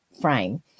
frame